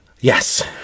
Yes